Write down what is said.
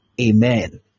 Amen